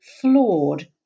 flawed